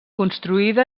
construïda